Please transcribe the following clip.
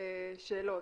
יש לנו שאלות.